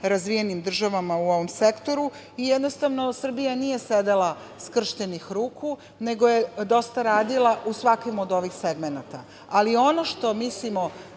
razvijenim državama u ovom sektoru. Jednostavno, Srbija nije sedela skrštenih ruku, nego je dosta radila u svakom od ovih segmenata. Ono što mislimo